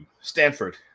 Stanford